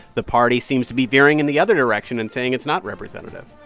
the party seems to be veering in the other direction and saying it's not representative.